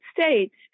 States